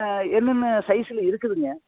என்னென்ன சைசில் இருக்குதுங்க